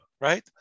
right